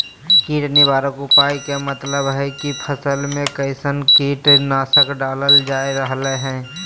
कीट निवारक उपाय के मतलव हई की फसल में कैसन कीट नाशक डालल जा रहल हई